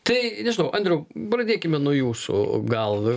tai nežinau andriau pradėkime nuo jūsų gal